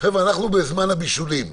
בזמן הבישולים,